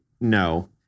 no